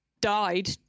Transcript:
died